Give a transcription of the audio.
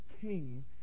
king